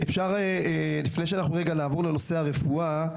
לפני שנעבור לנושא הרפואה,